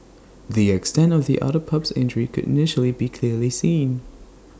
the extent of the otter pup's injury could initially be clearly seen